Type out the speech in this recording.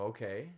Okay